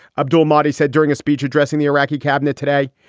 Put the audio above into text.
abdul-mahdi said during a speech addressing the iraqi cabinet today.